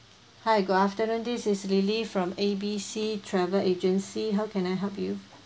hi good afternoon this is lily from A B C travel agency how can I help you